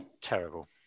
Terrible